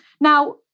Now